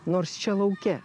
nors čia lauke